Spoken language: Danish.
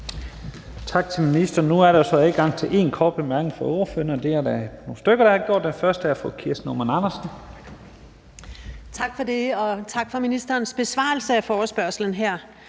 Tak for det. Og tak for ministerens besvarelse af forespørgslen her.